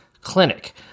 Clinic